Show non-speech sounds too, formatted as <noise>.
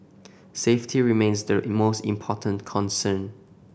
safety remains the <unintelligible> most important concern